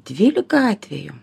dvylika atvejų